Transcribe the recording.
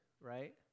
right